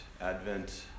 Advent